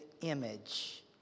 image